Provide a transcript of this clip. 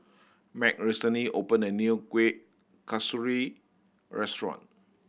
Meg recently opened a new Kueh Kasturi restaurant